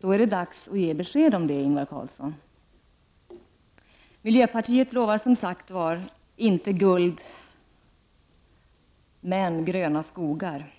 Då är det dags att ge besked om detta, Ingvar Carlsson. Miljöpartiet lovar som sagt inte guld men gröna skogar.